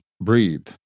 breathe